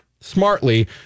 smartly